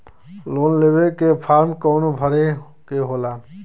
Loan लेवे के form कौन भरे के होला?